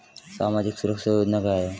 सामाजिक सुरक्षा योजना क्या है?